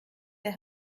der